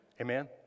Amen